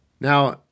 Now